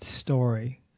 story